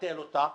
לבטל אותה.